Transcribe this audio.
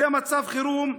זה מצב חירום.